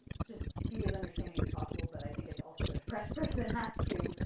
just be as understanding as possible. but i think it's also the depressed person has to,